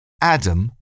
Adam